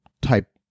type